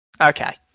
Okay